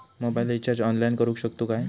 Mobile recharge online करुक शकतू काय?